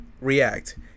react